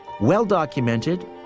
well-documented